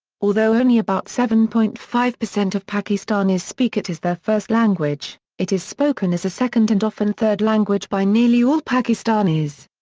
although only about seven point five of pakistanis speak it as their first language, it is spoken as a second and often third language by nearly all pakistanis.